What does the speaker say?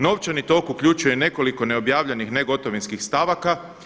Novčani tok uključuje nekoliko neobjavljenih negotovinskih stavaka.